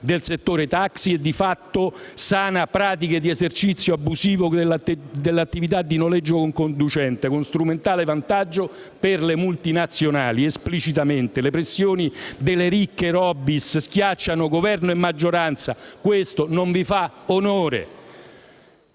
del settore taxi e, di fatto, sana pratiche di esercizio abusivo dell'attività di noleggio con conducente, con strumentale ed esplicito vantaggio delle multinazionali. Le pressioni delle ricche *lobby* schiacciano Governo e maggioranza, e questo non vi fa onore.